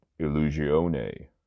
Illusione